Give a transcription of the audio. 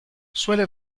suele